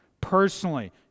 Personally